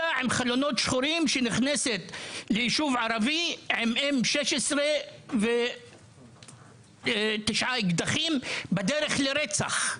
עם חלונות שחורים שנכנסת לישוב ערבי עם M16 ו-9 אקדחים בדרך לרצח?